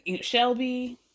Shelby